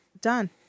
Done